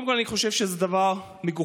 קודם כול, אני חושב שזה דבר מגוחך,